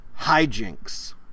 Hijinks